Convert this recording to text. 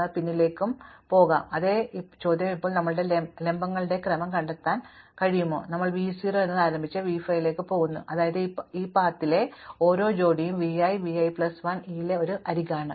നമുക്ക് പിന്നിലേക്കും പിന്നിലേക്കും പോകാം അതേ ചോദ്യം ഇപ്പോൾ നമുക്ക് ലംബങ്ങളുടെ ക്രമം കണ്ടെത്താൻ കഴിയുമോ നമ്മൾ v 0 എന്ന് ആരംഭിച്ച് v 5 ലേക്ക് പോകുന്നു അതായത് ഈ പാതയിലെ ഓരോ ജോഡിയും ഓരോ v i v i plus 1 ഉം E ലെ ഒരു അരികാണ്